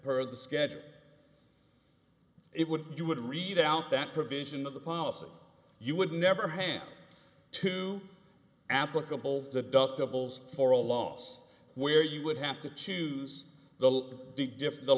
per the schedule it would you would read out that provision of the policy you would never hand to applicable the dup doubles for a loss where you would have to choose the big